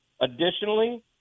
Additionally